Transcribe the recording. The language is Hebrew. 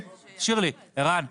ערן,